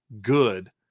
good